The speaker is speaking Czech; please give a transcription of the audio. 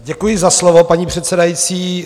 Děkuji za slovo, paní předsedající.